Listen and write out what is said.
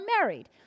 married